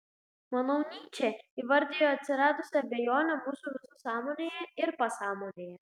manau nyčė įvardijo atsiradusią abejonę mūsų visų sąmonėje ir pasąmonėje